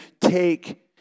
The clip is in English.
take